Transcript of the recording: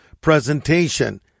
presentation